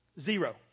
zero